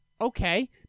okay